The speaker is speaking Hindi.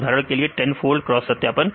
उदाहरण के लिए 10 फोल्ड क्रॉस सत्यापन